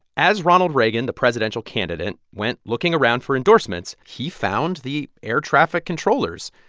as ronald reagan, the presidential candidate, went looking around for endorsements, he found the air traffic controllers.